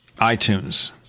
iTunes